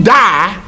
die